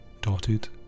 dotted